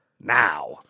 Now